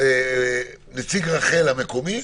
נציג רח"ל המקומי,